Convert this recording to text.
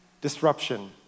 Disruption